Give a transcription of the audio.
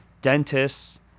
dentists